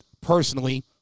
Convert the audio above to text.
personally